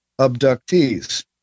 abductees